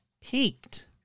peaked